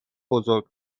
بزرگ